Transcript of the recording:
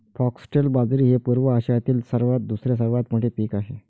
foxtail बाजरी हे पूर्व आशियातील दुसरे सर्वात मोठे पीक आहे